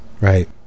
Right